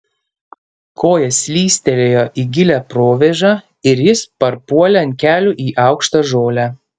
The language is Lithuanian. koja slystelėjo į gilią provėžą ir jis parpuolė ant kelių į aukštą žolę